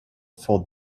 for